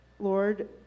Lord